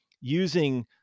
using